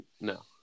No